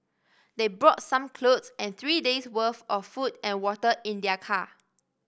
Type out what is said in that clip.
they brought some clothes and three days' worth of food and water in their car